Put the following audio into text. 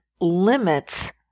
limits